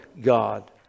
God